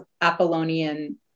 Apollonian